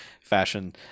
fashion